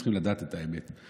צריכים לדעת את האמת,